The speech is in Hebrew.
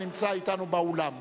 הנמצא אתנו באולם.